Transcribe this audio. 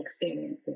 experiences